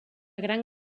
gran